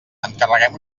encarreguem